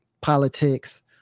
politics